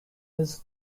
his